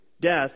death